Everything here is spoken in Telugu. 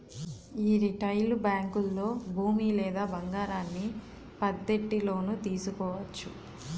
యీ రిటైలు బేంకుల్లో భూమి లేదా బంగారాన్ని పద్దెట్టి లోను తీసుకోవచ్చు